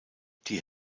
die